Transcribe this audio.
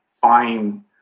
fine